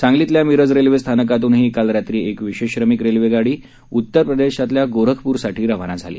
सांगलीतल्या मिरज रेल्वे स्थानकातूनही काल रात्री एक विशेष श्रमिक रेल्वेगाडी उत्तरप्रदेशातल्या गोरखपूरसाठी रवाना झाली